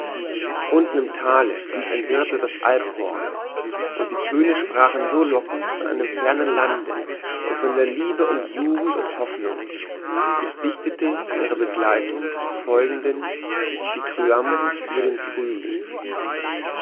unten im thale blies ein hirte das alphorn und die töne sprachen so lockend von einem fernen lande und von liebe und jugend und hofnung ich dichtete zu ihrer begleitung folgenden dithyrambus über den frühling